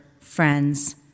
friends